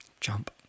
jump